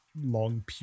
long